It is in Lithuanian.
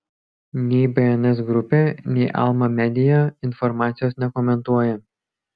nei bns grupė nei alma media informacijos nekomentuoja